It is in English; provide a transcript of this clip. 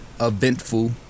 eventful